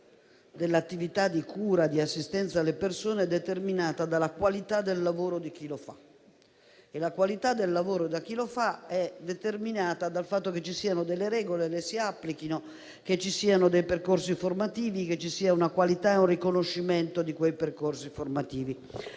dell'attività di cura e di assistenza alle persone sia determinata dalla qualità del lavoro di chi lo svolge. E la qualità del lavoro è determinata dal fatto che ci siano delle regole, che le si applichino, che ci siano dei percorsi formativi, che ci siano una qualità e un riconoscimento di quei percorsi formativi.